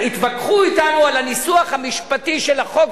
והתווכחו אתנו על הניסוח המשפטי של החוק.